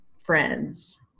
friends